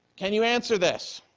can you answer this?